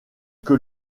que